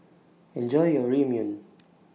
Enjoy your Ramyeon